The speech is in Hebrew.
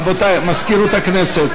לנו החוק הזה.